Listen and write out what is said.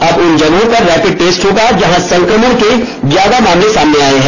अब उन जगहों पर रैपिड टेस्ट होगा जहां संक्रमण के ज्यादा मामले सामने आए हैं